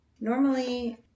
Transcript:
normally